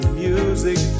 music